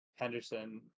Henderson